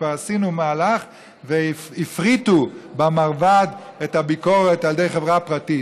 כבר עשינו מהלך והפריטו במרב"ד את הביקורת על ידי חברה פרטית.